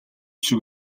шиг